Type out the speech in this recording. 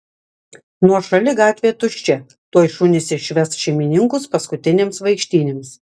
nuošali gatvė tuščia tuoj šunys išves šeimininkus paskutinėms vaikštynėms